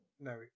No